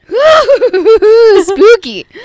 Spooky